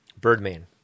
Birdman